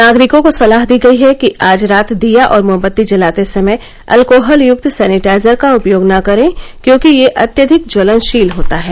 नागरिकों को सलाह दी गई है कि आज रात दीया और मोमबत्ती जलाते समय अल्कोहल युक्त सैनिटाइजर का उपयोग न करें क्योंकि यह अत्यधिक ज्वलनशील होता है